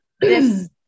this-